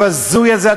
הבזוי הזה,